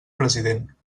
president